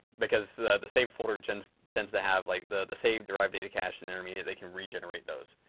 because the the save folder tends tends to have like the the save derived data cached and intermediate, they can regenerate those.